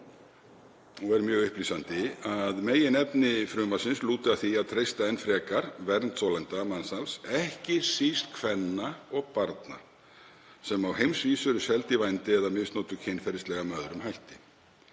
og er mjög upplýsandi, að meginefni frumvarpsins lúti að því að treysta enn frekar vernd þolenda mansals, ekki síst kvenna og barna sem á heimsvísu eru seld í vændi eða misnotuð kynferðislega með öðrum hætti.